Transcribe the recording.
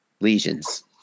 lesions